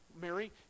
Mary